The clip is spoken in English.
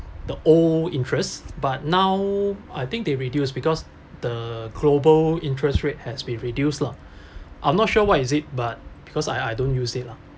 the old interest but now I think they reduce because the global interest rate has been reduced lah I'm not sure why is it but because I I don't use it lah